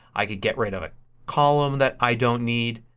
i could get rid of a column that i don't need.